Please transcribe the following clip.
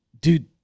dude